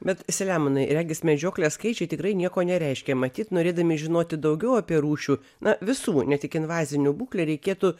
bet selemonai regis medžioklės skaičiai tikrai nieko nereiškia matyt norėdami žinoti daugiau apie rūšių na visų ne tik invazinių būklę reikėtų